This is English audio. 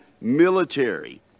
military